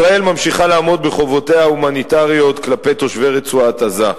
ישראל ממשיכה לעמוד בחובותיה ההומניטריות כלפי תושבי רצועת-עזה,